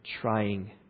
trying